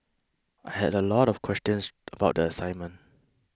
I had a lot of questions about the assignment